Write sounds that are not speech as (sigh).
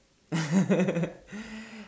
(laughs)